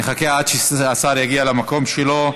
נחכה עד שהשר יגיע למקום שלו.